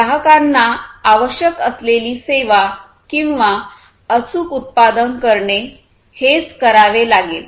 ग्राहकांना आवश्यक असलेली सेवा किंवा अचूक उत्पादन करणे हेच करावे लागेल